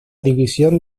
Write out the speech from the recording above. división